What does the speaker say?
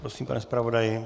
Prosím, pane zpravodaji.